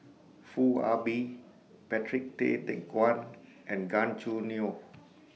Foo Ah Bee Patrick Tay Teck Guan and Gan Choo Neo